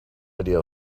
idea